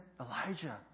Elijah